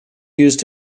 used